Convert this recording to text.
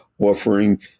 offering